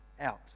out